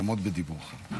עמוד בדיבורך.